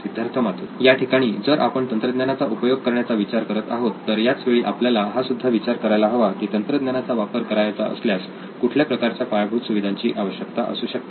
सिद्धार्थ मातुरी याठिकाणी जर आपण तंत्रज्ञानाचा उपयोग करण्याचा विचार करत आहोत तर याच वेळी आपल्याला हा सुद्धा विचार करायला हवा की तंत्रज्ञानाचावापर करावयाचा असल्यास कुठल्या प्रकारच्या पायाभूत सुविधांची आवश्यकता असू शकते